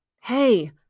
hey